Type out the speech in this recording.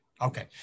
Okay